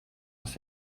aus